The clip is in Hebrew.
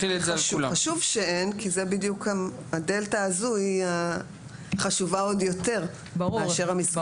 חשוב שאין כי הדלתא הזו היא החשובה עוד יותר מאשר המסגרות